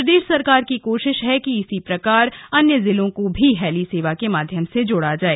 प्रदेश सरकार की कोशिश है कि इसी प्रकार अन्य जिलों को भी हैली सेवा के माध्यम से जोड़ा जाए